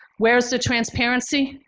where's the transparency?